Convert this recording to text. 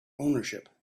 ownership